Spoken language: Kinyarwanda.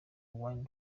one